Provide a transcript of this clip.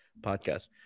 podcast